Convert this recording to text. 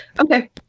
okay